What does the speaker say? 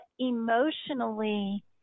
emotionally